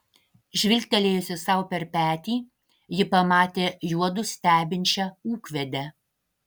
žvilgtelėjusi sau per petį ji pamatė juodu stebinčią ūkvedę